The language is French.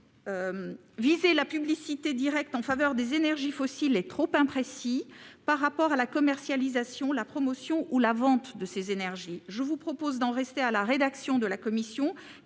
Viser la publicité directe en faveur des énergies fossiles est trop imprécis par rapport à la commercialisation, la promotion ou la vente de ces énergies. Je propose donc d'en rester à la rédaction juridiquement